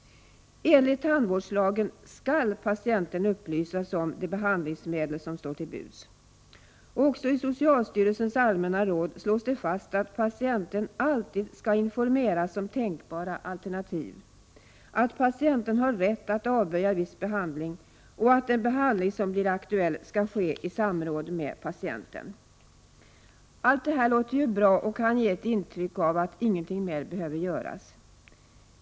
Enligt tandvårdslagen skall patienten upplysas om de behandlingsmedel som står till buds. Också i socialstyrelsens allmänna råd slås det fast att patienten alltid skall informeras om tänkbara alternativ, att patienten har rätt att avböja viss behandling och att den behandling som blir aktuell skall ske i samråd med patienten. Allt det här låter ju bra och kan ge ett intryck av att ingenting mer behöver göras.